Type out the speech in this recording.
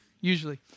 Usually